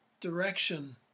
direction